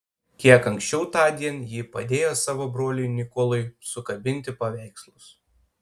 kiek anksčiau tądien ji padėjo savo broliui nikolui sukabinti paveikslus